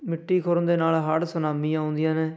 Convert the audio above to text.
ਮਿੱਟੀ ਖੁਰਨ ਦੇ ਨਾਲ ਹੜ੍ਹ ਸੁਨਾਮੀ ਆਉਂਦੀਆਂ ਨੇ